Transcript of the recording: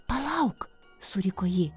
palauk suriko ji